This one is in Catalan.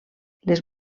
les